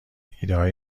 ایدههای